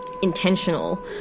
intentional